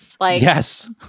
Yes